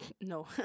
No